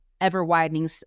ever-widening